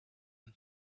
and